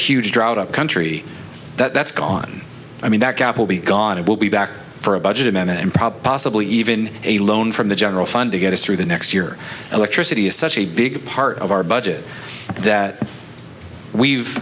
huge drought up country that's gone i mean that cap will be gone it will be back for a budget amendment and probably even a loan from the general fund to get us through the next year electricity is such a big part of our budget that we've